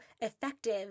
effective